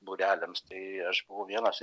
būreliams tai aš buvau vienas